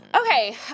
Okay